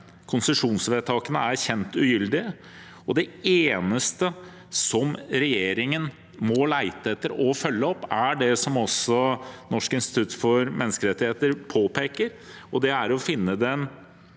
Konsesjonsvedtakene er kjent ugyldige, og det eneste som regjeringen må lete etter og følge opp, er det som også Norges institusjon for menneskerettigheter, NIM, påpeker, og det er å finne den